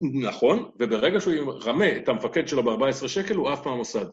נכון, וברגע שהוא ירמה את המפקד שלו בארבע עשרה שקל, הוא עף מהמוסד.